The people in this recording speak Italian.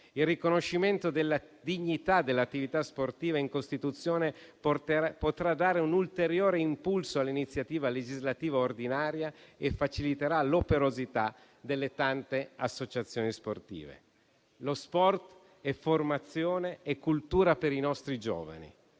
Il riconoscimento della dignità dell'attività sportiva in Costituzione potrà dare un ulteriore impulso all'iniziativa legislativa ordinaria e faciliterà l'operosità delle tante associazioni sportive. Lo sport è formazione e cultura per i nostri giovani,